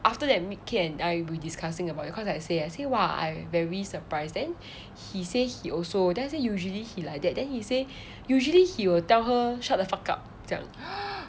after that with kain I were discussing about yo~ cause I say I say !wah! I very surprise then he says he also then I say usually he like that then he say usually he will tell her shut the fuck up